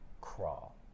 crawl